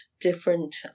different